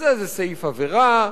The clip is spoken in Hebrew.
אז איזה סעיף עבירה,